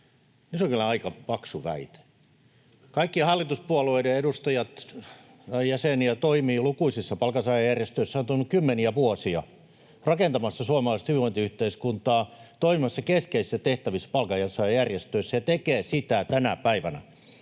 se on kyllä aika paksu väite. Kun kaikkien hallituspuolueiden jäseniä toimii lukuisissa palkansaajajärjestöissä, on toiminut kymmeniä vuosia, rakentamassa suomalaista hyvinvointiyhteiskuntaa, toimimassa keskeisissä tehtävissä palkansaajajärjestöissä ja tekee sitä tänä päivänä,